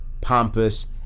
pompous